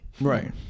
Right